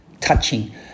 touching